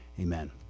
amen